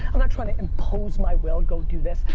i'm not trying to impose my will, go do this.